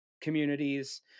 communities